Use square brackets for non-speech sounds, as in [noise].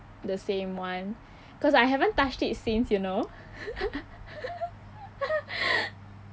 the same one cause I haven't touched it since you know [laughs]